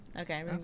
Okay